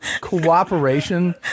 cooperation